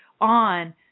on